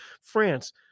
France